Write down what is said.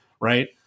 Right